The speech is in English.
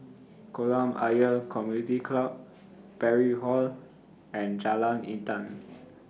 Kolam Ayer Community Club Parry Hall and Jalan Intan